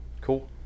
Cool